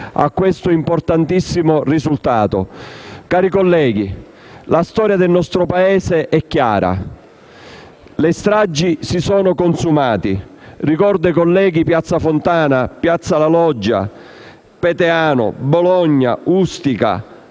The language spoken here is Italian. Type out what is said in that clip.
a questo importantissimo risultato. Cari colleghi, la storia del nostro Paese è chiara. Le stragi si sono consumate. Ricordo ai colleghi piazza Fontana, piazza della Loggia, Peteano, Bologna, Ustica,